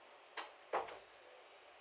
to